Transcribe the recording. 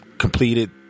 completed